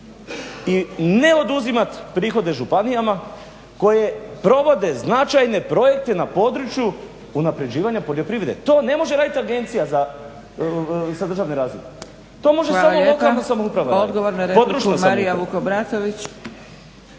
i ne oduzimat prihode županijama koje provode značajne projekte na području unapređivanja poljoprivrede. To ne može radit agencija za državni razvoj, to može samo lokalna samouprava radit, područna samouprava.